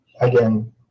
again